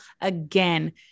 again